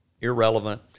irrelevant